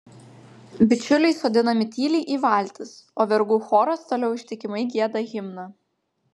bičiuliai sodinami tyliai į valtis o vergų choras toliau ištikimai gieda himną